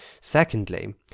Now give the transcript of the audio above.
Secondly